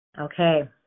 Okay